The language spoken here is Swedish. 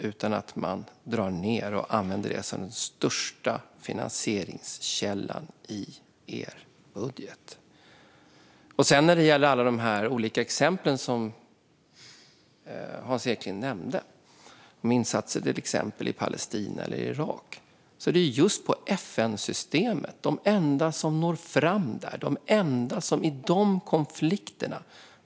I stället drar ni ned på biståndet och använder det som den största finansieringskällan i er budget. När det gäller alla de olika exempel som Hans Eklind nämnde, till exempel insatser i Palestina eller Irak, är det ju satsningar på FN-systemet. FN är de enda som når fram där.